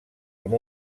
amb